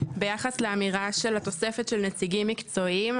ביחס לאמירה של התוספת של נציגים מקצועיים.